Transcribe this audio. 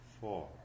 four